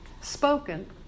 spoken